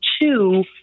two